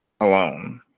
alone